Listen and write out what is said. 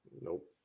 Nope